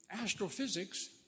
astrophysics